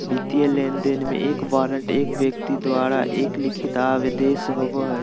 वित्तीय लेनदेन में, एक वारंट एक व्यक्ति द्वारा एक लिखित आदेश होबो हइ